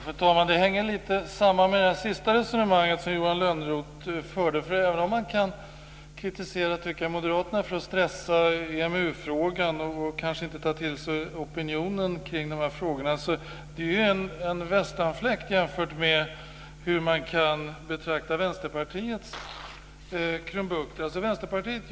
Fru talman! Jag vill anknyta med det sista resonemanget som Johan Lönnroth förde. Man kan kritisera moderaterna för att stressa i EMU-frågan och inte ta till sig opinionen. Men det är ju en västanfläkt jämfört med hur Vänsterpartiets krumbukter kan betraktas.